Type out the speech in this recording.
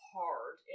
hard